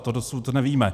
To dosud nevíme.